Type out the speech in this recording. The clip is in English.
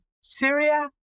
Syria